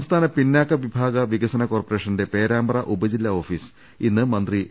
സംസ്ഥാന പിന്നാക്ക വിഭാഗ വികസന കോർപ്പറേഷന്റെ പേരാമ്പ്ര ഉപജില്ലാ ഓഫീസ് ഇന്ന് മന്ത്രി എ